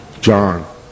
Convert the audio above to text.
John